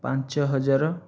ପାଞ୍ଚ ହଜାର